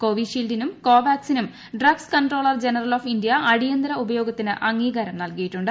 കോവി ഷീൽഡിനും കോവാക്സിനും drugs controller general of India അടിയന്തര ഉപയോഗത്തിന് അംഗീകാരം നൽകിയിട്ടുണ്ട്